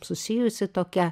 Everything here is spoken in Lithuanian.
susijusi tokia